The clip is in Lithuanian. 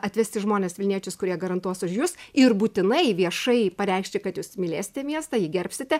atvesti žmones vilniečius kurie garantuos už jus ir būtinai viešai pareikšti kad jūs mylėsite miestą jį gerbsite